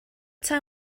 time